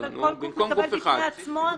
כל גוף מקבל בפני עצמו.